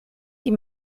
die